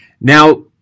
Now